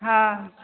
हँ